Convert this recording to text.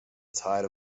tide